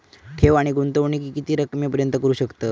ठेव आणि गुंतवणूकी किती रकमेपर्यंत करू शकतव?